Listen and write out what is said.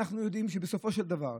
בסופו של דבר,